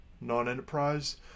non-enterprise